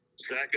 Zach